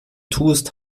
tust